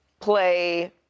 play